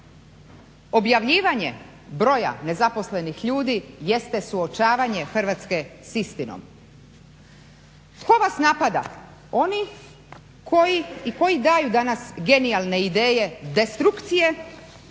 objavljivanje broja nezaposlenih ljudi jeste suočavanje Hrvatske s istinom. Tko vas napada? Oni koji daju danas genijalne ideje destrukcije